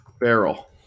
barrel